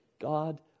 God